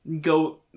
go